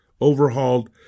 overhauled